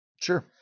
Sure